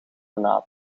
naad